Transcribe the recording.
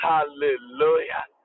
Hallelujah